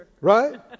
Right